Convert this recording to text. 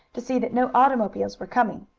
to see that no automobiles were coming.